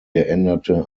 geänderte